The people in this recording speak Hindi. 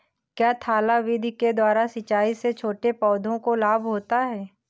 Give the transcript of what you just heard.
क्या थाला विधि के द्वारा सिंचाई से छोटे पौधों को लाभ होता है?